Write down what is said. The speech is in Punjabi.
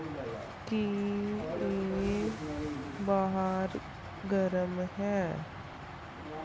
ਕੀ ਇਹ ਬਾਹਰ ਗਰਮ ਹੈ